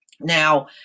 Now